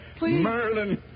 Merlin